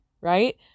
right